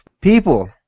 People